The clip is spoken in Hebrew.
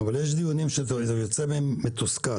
אבל יש דיונים שאתה יוצא מהם מתוסכל.